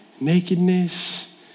nakedness